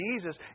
Jesus